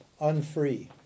unfree